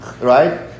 Right